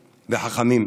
וחכמים,